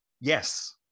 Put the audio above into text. Yes